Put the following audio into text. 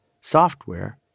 Software